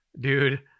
Dude